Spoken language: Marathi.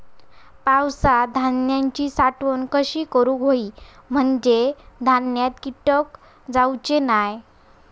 पावसात धान्यांची साठवण कशी करूक होई म्हंजे धान्यात कीटक जाउचे नाय?